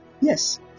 Yes